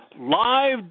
Live